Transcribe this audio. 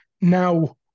Now